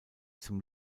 zum